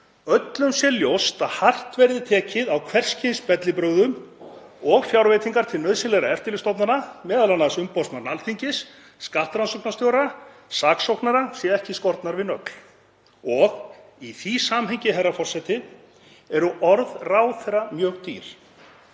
Öllum sé ljóst að hart verði tekið á hvers kyns bellibrögðum og fjárveitingar til nauðsynlegra eftirlitsstofnana, m.a. umboðsmanns Alþingis, skattrannsóknarstjóra, saksóknara, séu ekki skornar við nögl. Í því samhengi, herra forseti, eru orð ráðherra mjög dýr.